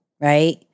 right